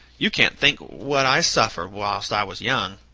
you can't think what i suffered whilst i was young.